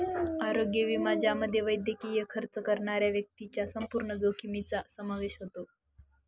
आरोग्य विमा ज्यामध्ये वैद्यकीय खर्च करणाऱ्या व्यक्तीच्या संपूर्ण जोखमीचा समावेश होतो